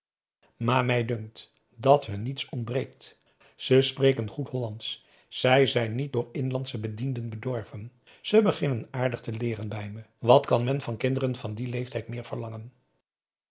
maar mij dunkt dat hun niets ontbreekt ze spreken p a daum hoe hij raad van indië werd onder ps maurits goed hollandsch zij zijn niet door inlandsche bedienden bedorven ze beginnen aardig te leeren bij me wat kan men van kinderen van dien leeftijd meer verlangen